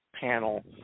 Panel